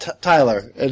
Tyler